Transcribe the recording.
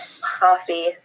coffee